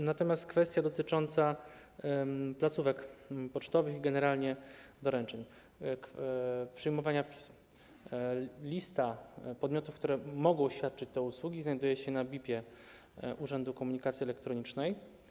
Jeśli chodzi o kwestię dotyczącą placówek pocztowych i generalnie doręczeń, przyjmowania pism, to lista podmiotów, które mogą świadczyć te usługi, znajduje się w BIP-ie Urzędu Komunikacji Elektronicznej.